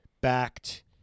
backed